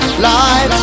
Life